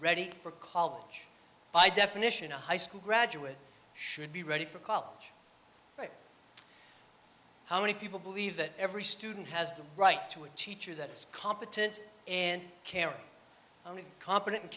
ready for college by definition a high school graduate should be ready for college how many people believe that every student has the right to a teacher that is competent and can only be competent